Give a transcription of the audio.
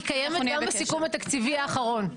היא קיימת גם בסיכום התקציבי האחרון,